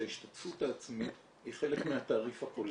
שההשתתפות העצמית היא חלק מהתעריף הכולל.